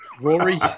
Rory